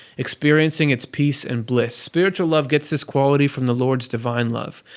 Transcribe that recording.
experiencing its peace and bliss. spiritual love gets this quality from the lord's divine love,